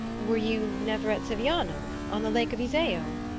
were you never at siviano, on the lake of iseo?